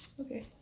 Okay